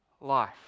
life